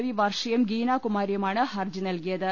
V വർഷയും ഗീനാകുമാരിയുമാണ് ഹർജി നൽകിയത്